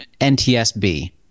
NTSB